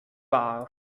war